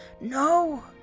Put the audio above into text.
No